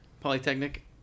Polytechnic